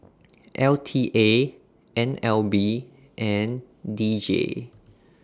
L T A N L B and D J